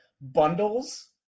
bundles